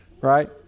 right